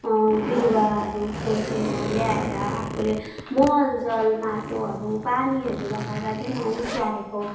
बिरुवाहरू खोजेर ल्याएर आफूले मलजल माटोहरू पानीहरू लगाएर दिनहूँ स्याहारेको